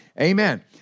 Amen